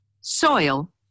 soil